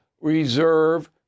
reserve